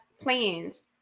plans